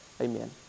Amen